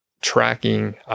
tracking